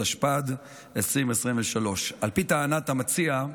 התשפ"ד 2023. על פי טענת המציע,